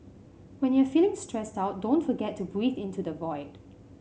when you are feeling stressed out don't forget to breathe into the void